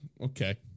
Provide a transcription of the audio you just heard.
okay